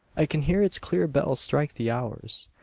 i can hear its clear bell strike the hours.